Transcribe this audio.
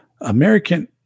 American